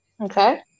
Okay